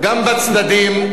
גם בצדדים,